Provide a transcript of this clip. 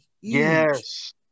Yes